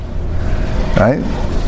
right